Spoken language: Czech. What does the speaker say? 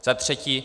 Za třetí.